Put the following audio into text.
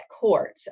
court